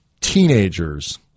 teenagers